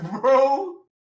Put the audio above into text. bro